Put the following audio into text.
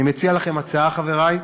אני מציע לכם הצעה, חברי: